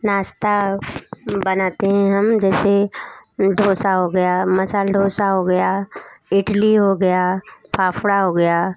नाश्ता बनाते हैं हम जैसे डोसा हो गया मसाला डोसा हो गया इडली हो गया फ़ाफ़ड़ा हो गया